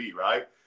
right